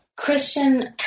Christian